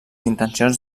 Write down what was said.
intencions